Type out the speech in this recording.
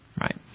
Right